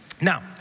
Now